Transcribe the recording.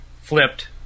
flipped